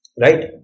right